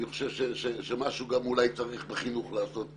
אני חושב שמשהו גם אולי צריך לעשות בחינוך.